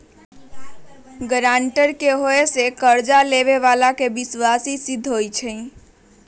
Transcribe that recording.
guarantor के होय से कर्जा लेबेय बला के विश्वासी सिद्ध होई छै